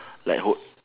like hold